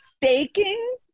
Baking